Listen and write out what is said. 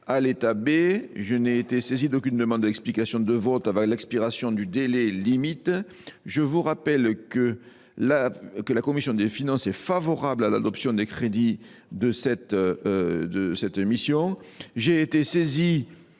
à l’état B. Je n’ai été saisi d’aucune demande d’explication de vote avant l’expiration du délai limite. Je vous rappelle que la commission des finances est favorable à l’adoption des crédits de cette mission. Je mets aux